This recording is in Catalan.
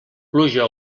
pluja